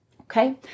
okay